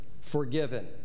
Forgiven